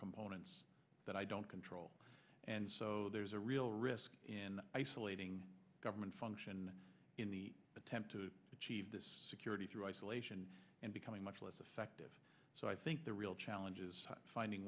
components that i don't control and so there's a real risk in isolating government function in the attempt to achieve this security through isolation and becoming much less effective so i think the real challenge is finding